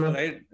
right